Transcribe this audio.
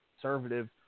conservative